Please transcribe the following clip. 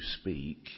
speak